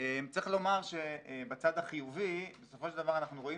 צריך לומר שבצד החיובי בסופו של דבר אנחנו רואים